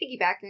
piggybacking